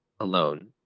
alone